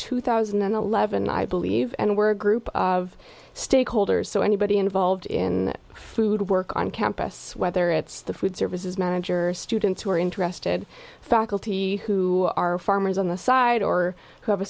two thousand and eleven i believe and we're a group of stakeholders so anybody involved in food work on campus whether it's the food services manager students who are interested faculty who are farmers on the side or who have a